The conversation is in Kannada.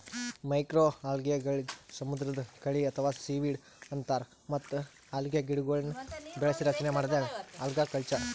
ಮೈಕ್ರೋಅಲ್ಗೆಗಳಿಗ್ ಸಮುದ್ರದ್ ಕಳಿ ಅಥವಾ ಸೀವೀಡ್ ಅಂತಾರ್ ಮತ್ತ್ ಅಲ್ಗೆಗಿಡಗೊಳ್ನ್ ಬೆಳಸಿ ರಚನೆ ಮಾಡದೇ ಅಲ್ಗಕಲ್ಚರ್